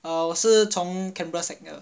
err 我是从 canberra sec 的